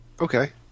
Okay